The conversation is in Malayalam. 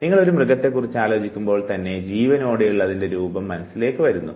നിങ്ങൾ ഒരു മൃഗത്തെ കുറിച്ച് ആലോചിക്കുമ്പോൾ തന്നെ ജീവനോടെയുള്ള അതിൻറെ രൂപം മനസ്സിലേക്ക് വരുന്നു